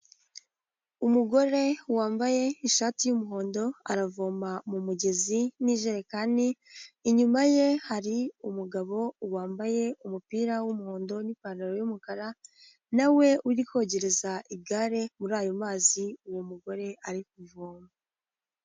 Umugore wambaye ishati y'umuhondo, aravoma mu mugezi n'ijerekani, inyuma ye hari umugabo wambaye umupira w'umuhondo n'ipantaro y'umukara, nawe uri kogereza igare muri ayo mazi uwo mugore ari kuvoma.